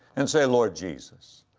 and say, lord jesus,